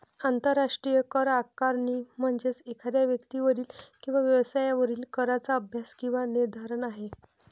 आंतरराष्ट्रीय करआकारणी म्हणजे एखाद्या व्यक्तीवरील किंवा व्यवसायावरील कराचा अभ्यास किंवा निर्धारण आहे